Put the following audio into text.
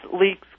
leaks